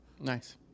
Nice